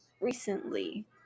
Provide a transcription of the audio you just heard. recently